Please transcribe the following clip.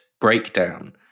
breakdown